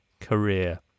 career